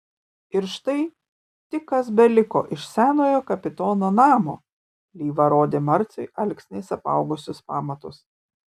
ir štai tik kas beliko iš senojo kapitono namo lyva rodė marciui alksniais apaugusius pamatus